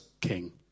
king